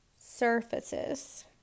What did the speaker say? surfaces